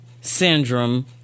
syndrome